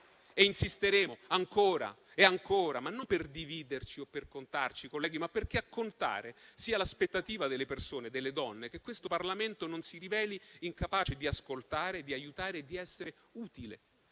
e insisteremo ancora e ancora. Ciò non per dividerci o per contarci, colleghi, ma perché a contare sia l'aspettativa delle persone e delle donne e perché questo Parlamento non si riveli incapace di ascoltare, di aiutare e di essere utile